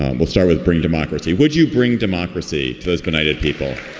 um we'll start with bring democracy. would you bring democracy to those benighted people?